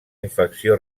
infecció